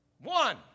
One